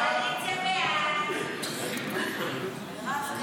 סעיפים 3